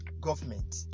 government